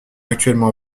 actuellement